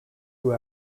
who